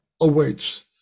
awaits